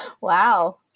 Wow